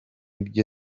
byo